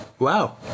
Wow